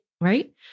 Right